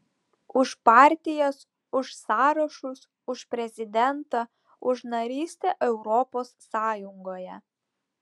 už partijas už sąrašus už prezidentą už narystę europos sąjungoje